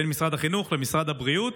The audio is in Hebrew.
בין משרד החינוך למשרד הבריאות.